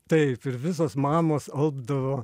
taip ir visos mamos alpdavo